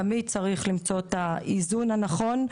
תמיד צריך למצוא את האיזון הנכון,